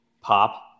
pop